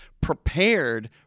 prepared